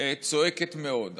צועקת מאוד.